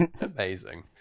amazing